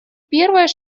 первые